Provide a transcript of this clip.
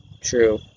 True